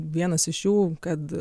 vienas iš jų kad